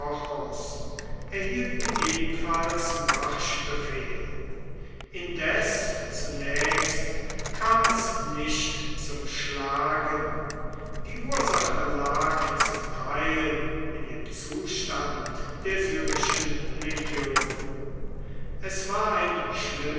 erhielten ebenfalls marschbefehl indes zunächst kam es nicht zum schlagen die ursache lag zum teil in dem zustand der syrischen legionen es war ein